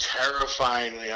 Terrifyingly